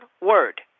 word